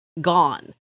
gone